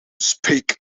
speak